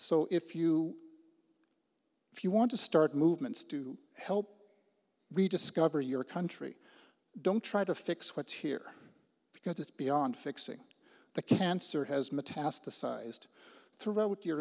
so if you if you want to start movements to help rediscover your country don't try to fix what's here because it's beyond fixing the cancer has metastasized throughout your